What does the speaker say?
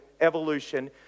evolution